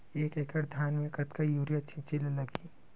एक एकड़ धान में कतका यूरिया छिंचे ला लगही?